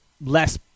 less